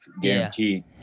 Guarantee